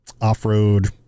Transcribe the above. off-road